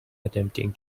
attempting